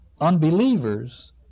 Unbelievers